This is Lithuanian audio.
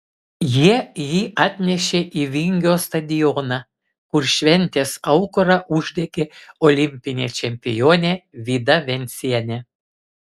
jie jį atnešė į vingio stadioną kur šventės aukurą uždegė olimpinė čempionė vida vencienė